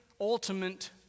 ultimate